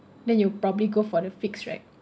then you probably go for the fixed right